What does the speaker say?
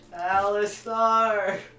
Alistar